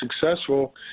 successful